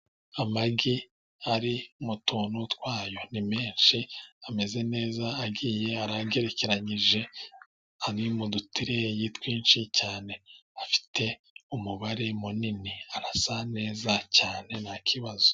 Amagi ari mu tuntu twayo ni menshi ameze neza, agiye agerekeranyije ari mu dutureyi twinshi cyane. Afite umubare munini, arasa neza cyane nta kibazo.